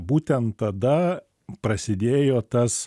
būtent tada prasidėjo tas